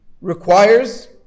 requires